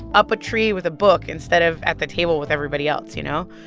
up a tree with a book instead of at the table with everybody else, you know?